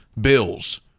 Bills